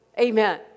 Amen